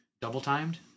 Double-timed